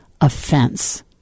offense